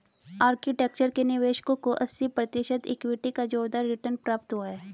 architecture के निवेशकों को अस्सी प्रतिशत इक्विटी का जोरदार रिटर्न प्राप्त हुआ है